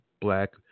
black